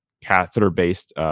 catheter-based